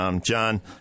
John